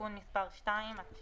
כ"ו בתשרי התשפ"א,